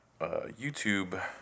YouTube